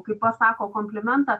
kai pasako komplimentą